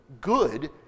good